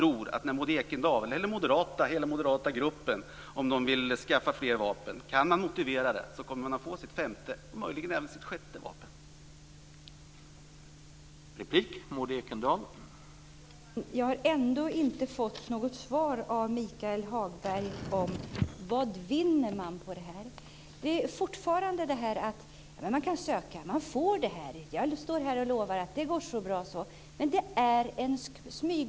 Om Maud Ekendahl och hela den moderata gruppen vill skaffa fler vapen tror jag att de kommer att få sitt femte och möjligen även sitt sjätte vapen om de kan motivera det.